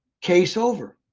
case over.